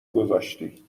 گذاشتی